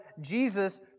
Jesus